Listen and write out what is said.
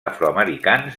afroamericans